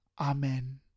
Amen